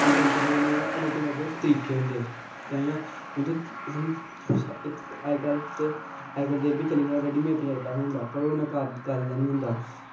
पंजरका बनानै दे अलग अलग तरीकै होंदे उत्थें अज्जकल ते रेडीमेड पंजरका थ्होंदा पर ओह् इन्ना कारीगर निं होंदा